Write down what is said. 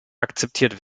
akzeptiert